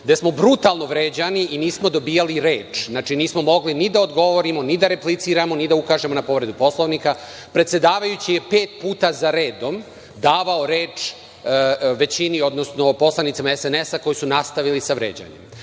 gde smo brutalno vređani i nismo dobijali reč. Znači, nismo mogli ni da odgovorimo, ni da repliciramo, ni da ukažemo na povredu Poslovnika. Predsedavajući je pet puta za redom davao reč većini, odnosno poslanicima SNS koji su nastavili sa vređanjem.